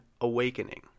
awakening